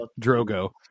Drogo